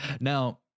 Now